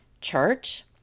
church